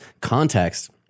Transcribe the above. context